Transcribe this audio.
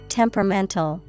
temperamental